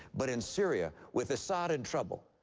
but in syria, with assad in trouble,